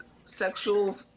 sexual